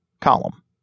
column